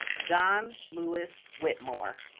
john lewis whitmore